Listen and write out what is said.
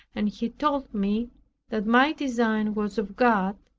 and he told me that my design was of god,